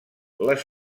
les